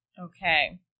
Okay